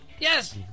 Yes